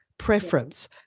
preference